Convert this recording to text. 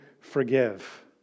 forgive